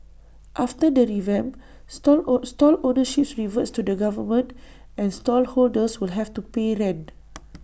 after the revamp stall own stall ownership reverts to the government and stall holders will have to pay rent